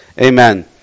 Amen